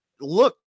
look